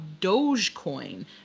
Dogecoin